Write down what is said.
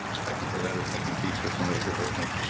technically, that is making peace with somebody who hurt me.